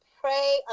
Pray